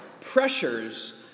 pressures